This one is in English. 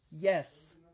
Yes